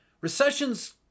Recessions